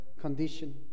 condition